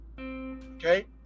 okay